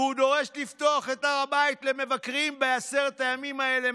והוא דורש לפתוח את הר הבית למבקרים בעשרת הימים האלה,